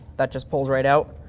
that just pulls right out.